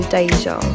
Deja